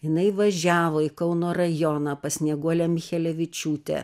jinai važiavo į kauno rajoną pas snieguolę michelevičiūtę